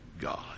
God